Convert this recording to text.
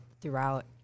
throughout